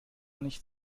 nicht